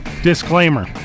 Disclaimer